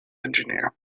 engineer